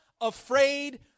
afraid